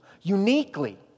uniquely